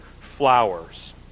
flowers